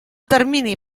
termini